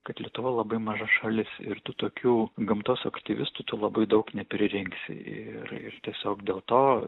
kad lietuva labai maža šalis ir tų tokių gamtos aktyvistų tu labai daug nepririnksi ir ir tiesiog dėl to